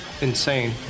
insane